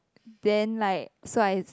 then like so I